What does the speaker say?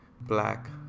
Black